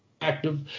active